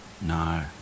No